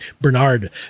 bernard